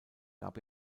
gab